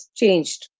changed